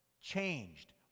changed